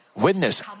witness